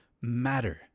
matter